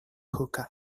hookah